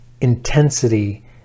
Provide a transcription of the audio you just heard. intensity